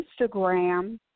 Instagram